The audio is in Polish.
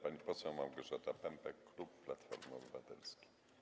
Pani poseł Małgorzata Pępek, klub Platformy Obywatelskiej.